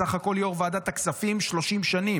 סך הכול יו"ר ועדת הכספים 30 שנים,